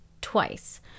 twice